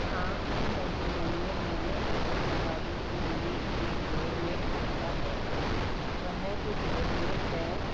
हाँ इन दस दिनों में मैंने अपने दरवाज़े के लिए एक डोर मैट खरीदा है वह जो डोर मैट है